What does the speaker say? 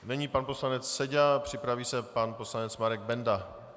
Nyní pan poslanec Seďa, připraví se pan poslanec Marek Benda.